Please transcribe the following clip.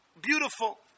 Beautiful